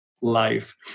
life